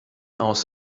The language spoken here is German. aus